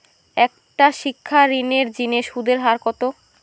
একটা শিক্ষা ঋণের জিনে সুদের হার কত?